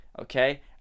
Okay